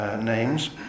names